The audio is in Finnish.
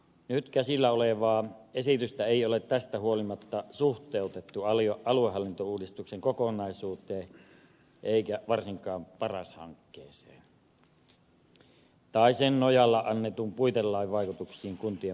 nyt käsillä olevaa esitystä ei ole tästä huolimatta suhteutettu aluehallintouudistuksen kokonaisuuteen eikä varsinkaan paras hankkeeseen tai sen nojalla annetun puitelain vaikutuksiin kuntien palvelurakenteeseen